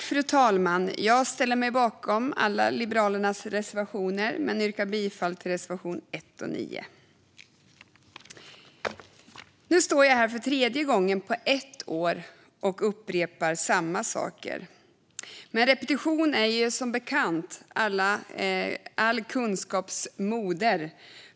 Fru talman! Jag står bakom alla reservationer från Liberalerna men yrkar bifall endast till reservationerna 1 och 9. Nu står jag här för tredje gången på ett år och upprepar samma saker. Men repetition är som bekant all kunskaps moder.